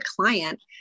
client